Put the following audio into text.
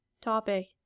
topic